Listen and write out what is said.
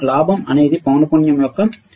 లాభం అనేది పౌనపుణ్యం యొక్క లక్షణం